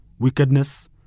wickedness